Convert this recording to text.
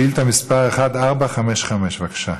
שאילתה מס' 1455. בבקשה.